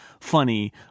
funny